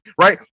Right